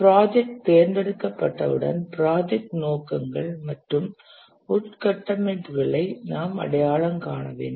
project தேர்ந்தெடுக்கப்பட்டவுடன் project நோக்கங்கள் மற்றும் உள்கட்டமைப்புகளை நாம் அடையாளம் காண வேண்டும்